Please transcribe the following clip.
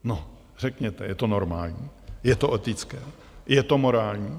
No řekněte, je to normální, je to etické, je to morální?